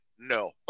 No